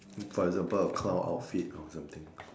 for example a clown outfit or something